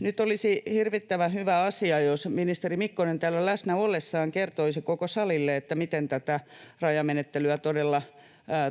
Nyt olisi hirvittävän hyvä asia, jos ministeri Mikkonen täällä läsnä ollessaan kertoisi koko salille, miten tätä rajamenettelyä todella